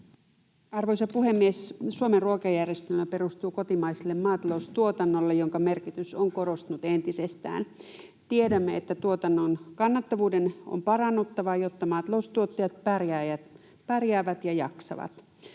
Arvoisa puhemies! Suomen ruokajärjestelmä perustuu kotimaiselle maataloustuotannolle, jonka merkitys on korostunut entisestään. Tiedämme, että tuotannon kannattavuuden on parannuttava, jotta maataloustuottajat pärjäävät ja jaksavat.